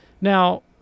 Now